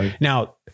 Now